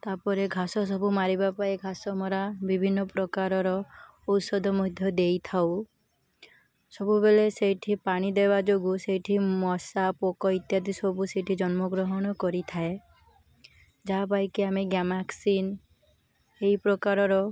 ତା'ପରେ ଘାସ ସବୁ ମାରିବା ପାଇଁ ଘାସ ମରା ବିଭିନ୍ନ ପ୍ରକାରର ଔଷଧ ମଧ୍ୟ ଦେଇ ଥାଉ ସବୁବେଳେ ସେଇଠି ପାଣି ଦେବା ଯୋଗୁଁ ସେଇଠି ମଶା ପୋକ ଇତ୍ୟାଦି ସବୁ ସେଇଠି ଜନ୍ମଗ୍ରହଣ କରିଥାଏ ଯାହା ପାଇଁକି ଆମେ ଗ୍ରାମାକ୍ସିନ୍ ଏହି ପ୍ରକାରର